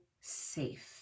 safe